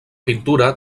pintura